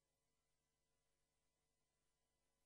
יש